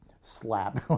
slap